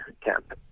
camp